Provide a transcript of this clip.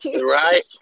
Right